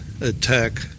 attack